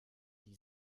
die